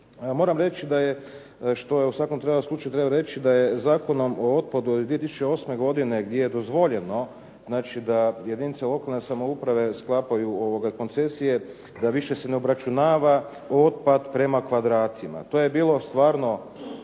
Moram reći u svakom slučaju da je Zakonom o otpadu iz 2008. godine gdje je dozvoljeno da jedinice lokalne samouprave sklapaju koncesije, da više se ne obračunava otpad prema kvadratima. To je bilo stvarno